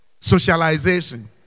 socialization